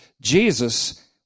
Jesus